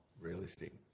realistic